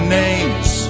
names